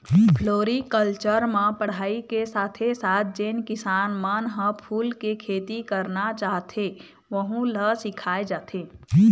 floriculture म पढ़ाई के साथे साथ जेन किसान मन ह फूल के खेती करना चाहथे वहूँ ल सिखाए जाथे